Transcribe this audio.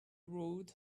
road